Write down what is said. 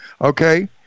okay